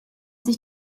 sich